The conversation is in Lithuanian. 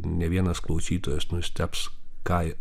ne vienas klausytojas nustebs ką